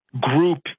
group